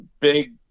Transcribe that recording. big